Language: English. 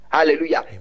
Hallelujah